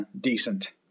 decent